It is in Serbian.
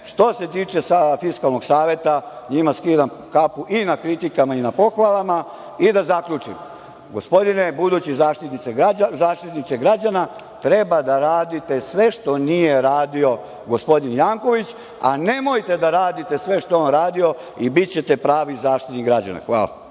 što se tiče sa Fiskalnog saveta, njima skidam kapu i na kritikama i na pohvalama. I da zaključim gospodine budući Zaštitniče građana, treba da radite sve što nije radio gospodin Janković, a nemojte da radite sve što je on radio i bićete pravi Zaštitnik građana. Hvala.